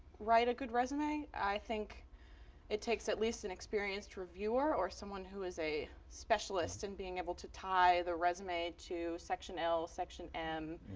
write a good resume, i think it takes at least an experienced reviewer or someone who is a specialist in and being able to tie the resume to section l, section m,